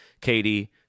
Katie